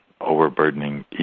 overburdening